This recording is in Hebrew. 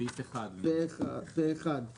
הצבעה סעיף 85(1)